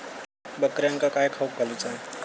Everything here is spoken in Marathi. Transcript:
बकऱ्यांका काय खावक घालूचा?